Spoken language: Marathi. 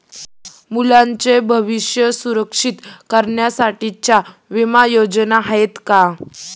मुलांचे भविष्य सुरक्षित करण्यासाठीच्या विमा योजना आहेत का?